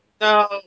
No